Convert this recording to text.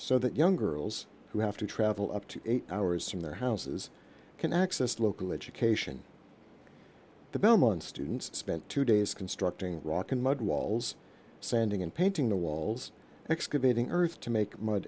so that young girls who have to travel up to eight hours from their houses can access local education the belmont students spent two days constructing rock and mud walls sanding and painting the walls excavating earth to make m